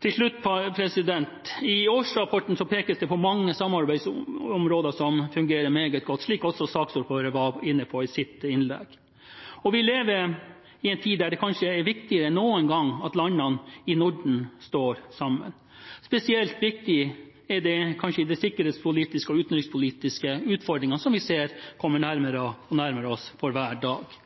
Til slutt: I årsrapporten pekes det på mange samarbeidsområder som fungerer meget godt, slik også saksordføreren var inne på i sitt innlegg. Vi lever i en tid da det kanskje er viktigere enn noen gang at landene i Norden står sammen. Spesielt viktig er det kanskje med hensyn til de sikkerhetspolitiske og utenrikspolitiske utfordringene, som vi ser kommer nærmere og nærmere oss for hver dag.